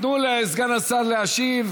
תנו לסגן השר להשיב.